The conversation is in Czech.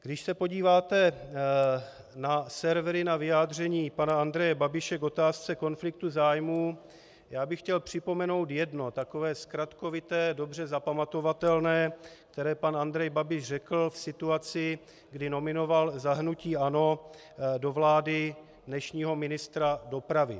Když se podíváte na servery na vyjádření pana Andreje Babiše k otázce konfliktu zájmů, já bych chtěl připomenout jedno takové zkratkovité, dobře zapamatovatelné, které pan Andrej Babiš řekl v situaci, kdy nominoval za hnutí ANO do vlády dnešního ministra dopravy.